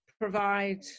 provide